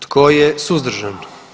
Tko je suzdržan?